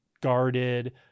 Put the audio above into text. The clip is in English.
guarded